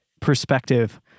perspective